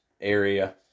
area